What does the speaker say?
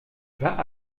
vingt